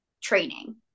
training